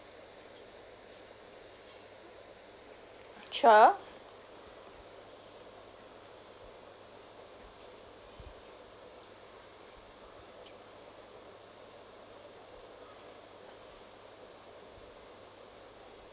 sure